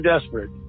desperate